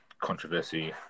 controversy